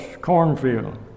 Cornfield